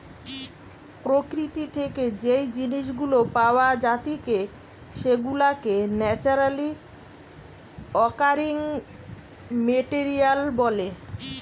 প্রকৃতি থেকে যেই জিনিস গুলা পাওয়া জাতিকে সেগুলাকে ন্যাচারালি অকারিং মেটেরিয়াল বলে